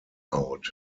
out